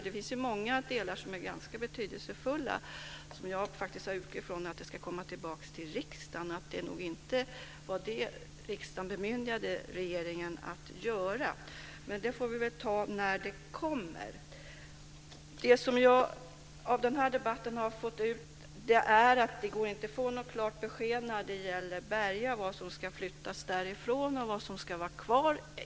Det finns många delar som är ganska betydelsefulla och som jag faktiskt utgår från ska komma tillbaka till riksdagen. Det var nog inte detta riksdagen bemyndigade regeringen att göra. Men det får vi väl ta när det kommer. Det som jag har fått ut av den här debatten är att det inte går att få något klart besked om vad som ska flyttas från Berga och vad som ska vara kvar.